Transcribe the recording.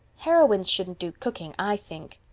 heroines shouldn't do cooking, i think.